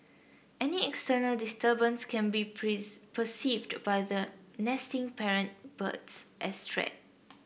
any external disturbance can be perceived by the nesting parent birds as threat